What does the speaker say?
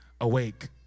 Awake